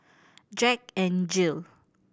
Jack N Jill